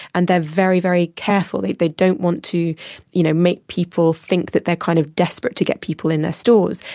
and they're very, very careful they they don't want to you know make people think that they're kind of desperate to get people in their stores.